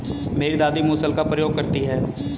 मेरी दादी मूसल का प्रयोग करती हैं